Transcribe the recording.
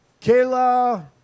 Kayla